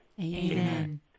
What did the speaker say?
Amen